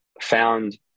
found